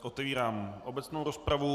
Otevírám obecnou rozpravu.